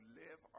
live